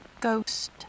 ghost